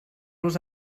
los